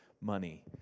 money